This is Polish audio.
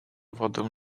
wodę